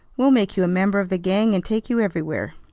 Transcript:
we'll make you a member of the gang and take you everywhere.